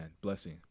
blessing